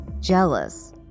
jealous